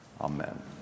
Amen